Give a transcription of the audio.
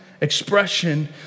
expression